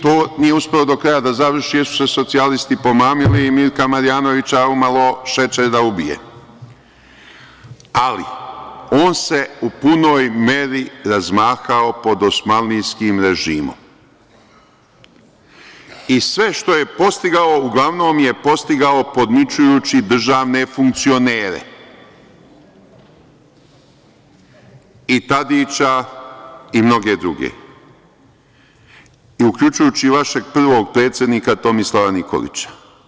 To nije uspeo do kraja da završi, jer su se socijalisti pomamili i Mirka Marjanovića umalo šećer da ubije, ali on se u punoj meri razmahao pod dosmanlijskim režimom i sve što je postigao, uglavnom je postigao podmićujući državne funkcionere, i Tadića i mnoge druge, uključujući i vašeg prvog predsednika Tomislava Nikolića.